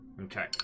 Okay